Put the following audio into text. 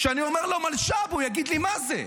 כשאני אומר לו "מלש"ב", הוא יגיד לי: מה זה?